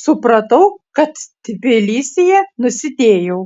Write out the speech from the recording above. supratau kad tbilisyje nusidėjau